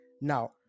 now